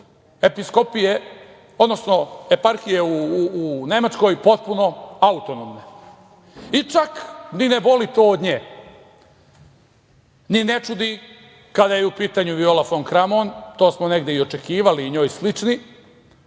episkopije, odnosno eparhije u Nemačkoj potpuno autonomne. I čak ni ne boli to od nje, ni ne čudi kada je u pitanju Viola fon Kramon, to smo negde i očekivali, i njoj slični,